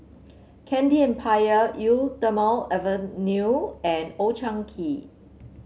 Candy Empire Eau Thermale Avene and Old Chang Kee